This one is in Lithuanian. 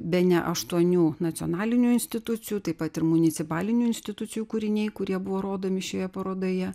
bene aštuonių nacionalinių institucijų taip pat ir municipalinių institucijų kūriniai kurie buvo rodomi šioje parodoje